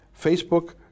Facebook